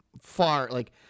far—like—